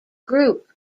group